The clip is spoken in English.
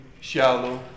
shallow